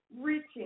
reaching